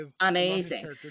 amazing